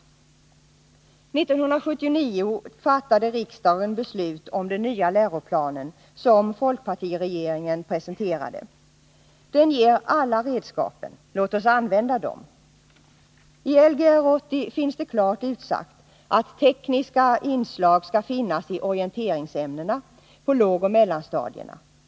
1979 fattade riksdagen beslut om den nya läroplan som folkpartiregeringen hade presenterat. Den ger alla redskapen — låt oss använda dem. I Lgr 80 finns det klart utsagt att tekniska inslag skall finnas i orienteringsämnena på lågoch mellanstadierna.